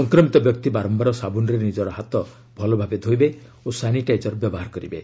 ସଂକ୍ରମିତ ବ୍ୟକ୍ତି ବାରମ୍ଭାର ସାବୁନରେ ନିକ ହାତ ଭଲଭାବେ ଧୋଇବେ ଓ ସାନିଟାଇଜର ବ୍ୟବହାର କରିବେ